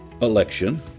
Election